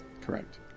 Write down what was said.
correct